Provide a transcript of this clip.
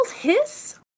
hiss